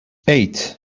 eight